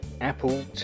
Apple